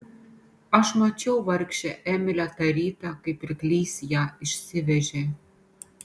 aš mačiau vargšę emilę tą rytą kai pirklys ją išsivežė